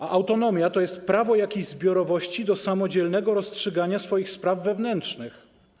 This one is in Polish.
Autonomia to jest prawo jakichś zbiorowości do samodzielnego rozstrzygania swoich spraw wewnętrznych.